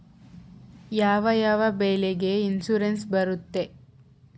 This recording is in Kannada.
ಯಾವ ಯಾವ ಬೆಳೆಗೆ ಇನ್ಸುರೆನ್ಸ್ ಬರುತ್ತೆ?